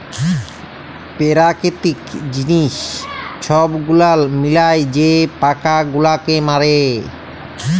পেরাকিতিক জিলিস ছব গুলাল মিলায় যে পকা গুলালকে মারে